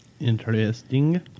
Interesting